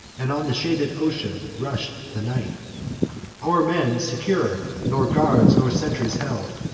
and on the shaded ocean rush'd the night our men, secure, nor guards nor sentries held,